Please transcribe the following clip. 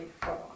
four